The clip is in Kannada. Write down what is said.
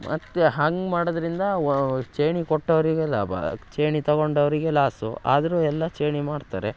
ಮತ್ತೆ ಹಂಗೆ ಮಾಡೋದರಿಂದ ವ ಚೇಣಿ ಕೊಟ್ಟವರಿಗೆ ಲಾಭ ಚೇಣಿ ತಗೊಂಡವರಿಗೆ ಲಾಸು ಆದರೂ ಎಲ್ಲ ಚೇಣಿ ಮಾಡ್ತಾರೆ